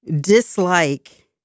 dislike